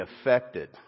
affected